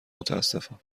متاسفم